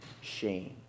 shame